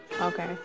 Okay